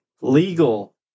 legal